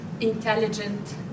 intelligent